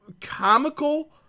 comical